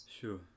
Sure